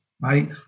right